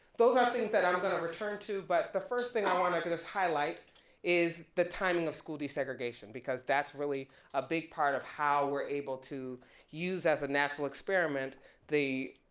those are things that i'm gonna return to but the first thing i wanna like just highlight is the timing of school desegregation because that's really a big part of how we're able to use as a natural experiment the